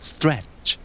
Stretch